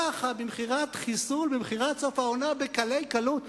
ככה, במכירת חיסול, במכירת סוף העונה, בקלי קלות.